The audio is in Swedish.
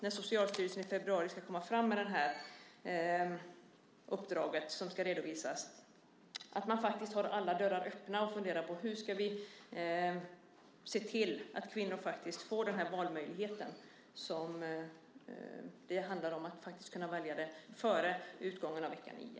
När Socialstyrelsen i februari redovisar sitt uppdrag är det viktigt att man har alla dörrar öppna och funderar på hur man kan se till att kvinnor får möjlighet att välja före utgången av vecka nio.